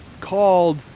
called